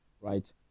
right